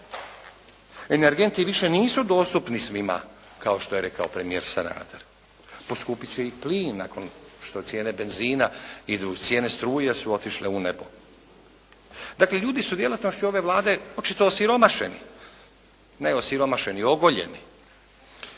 Energenti više nisu dostupni svima kao što je rekao premijer Sanader. Poskupit će i plin nakon što cijene benzina idu, cijene struje su otišle u nebo. Dakle, ljudi su djelatnošću ove Vlade očito osiromašeni. Ne osiromašeni nego ogoljeni.